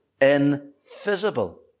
invisible